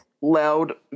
loud